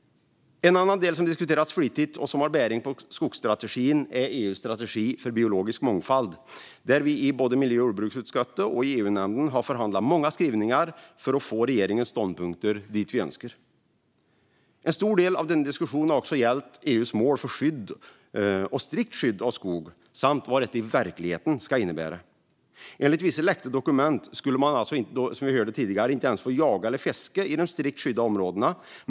En annan del som diskuterats flitigt och som har bäring på skogsstrategin är EU:s strategi för biologisk mångfald, där vi både i miljö och jordbruksutskottet och i EU-nämnden har förhandlat många skrivningar för att få regeringens ståndpunkter dit vi önskar. En stor del av denna diskussion har gällt EU:s mål för skydd och strikt skydd av skog samt vad detta i verkligheten ska innebära. Enligt vissa läckta dokument skulle man, som vi hörde tidigare, inte ens få jaga eller fiska i de strikt skyddade områdena.